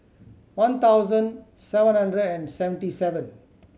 one thousand seven hundred and seventy seven